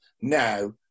Now